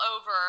over